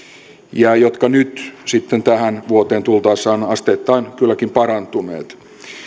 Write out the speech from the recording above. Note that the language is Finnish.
jotka nyt sitten tähän vuoteen tultaessa ovat asteittain kylläkin parantuneet